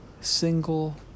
single